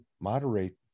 moderate